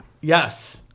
Yes